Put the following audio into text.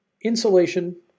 Insulation